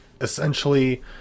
essentially